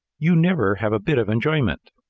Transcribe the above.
you never have a bit of enjoyment.